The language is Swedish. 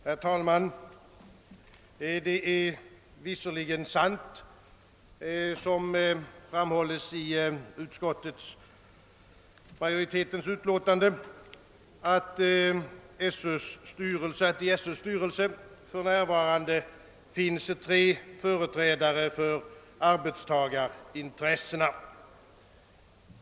Herr talman! Det är visserligen sant, såsom det framhålles i utskottsmajoritetens utlåtande, att det i SÖ:s styrelse för närvarande finns tre företrädare för arbetstagarintressena.